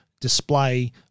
display